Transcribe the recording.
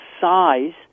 size